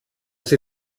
sie